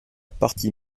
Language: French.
partie